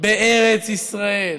בארץ ישראל,